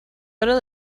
oro